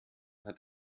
hat